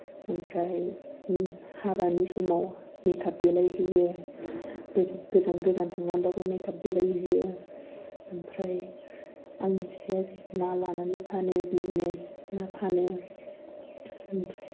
ओमफ्राय ओम हाबानि समाव मेक आप देलायहोयो गोजान गोजान थांनानैबाबो मेक आप देलायहोयो ओमफ्राय आंनि फिसाइया ना लानानै फानो बिजनेस ना फानो ओमफ्राय